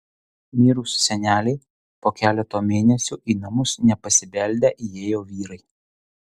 mirus senelei po keleto mėnesių į namus nepasibeldę įėjo vyrai